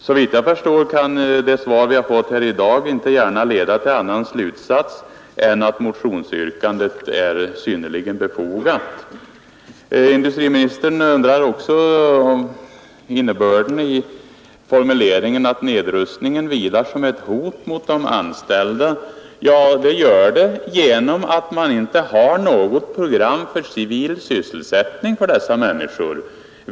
Såvitt jag förstår kan det svar som vi fått i dag inte gärna leda till annan slutsats än att motionsyrkandet är synnerligen befogat. Industriministern undrar också över innebörden av min formulering att nedrustningen vilar som ett hot över de anställda. Det gör den, eftersom man inte har något program för civil sysselsättning för dessa människor.